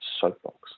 Soapbox